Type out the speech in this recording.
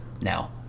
now